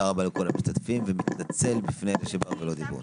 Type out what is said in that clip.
אני מתנצל בפני אלה שבאו ולא דיברו.